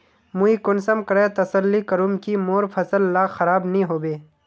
मुई कुंसम करे तसल्ली करूम की मोर फसल ला खराब नी होबे?